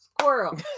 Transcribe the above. squirrel